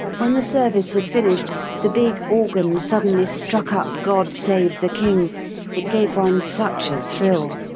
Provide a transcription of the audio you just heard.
when the service was finished the big organ suddenly struck up god save the king it gave one such a thrill.